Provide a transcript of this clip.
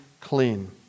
clean